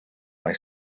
mai